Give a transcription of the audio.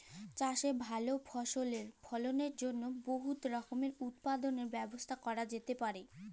চাষে ভাল ফসলের ফলনের জ্যনহে বহুত রকমের উৎপাদলের ব্যবস্থা ক্যরা যাতে পারে